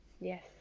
Yes